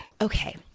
Okay